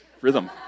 rhythm